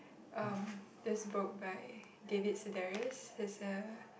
um this book by David-Sedaris he is a